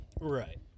Right